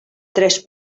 tres